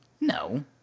No